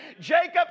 Jacob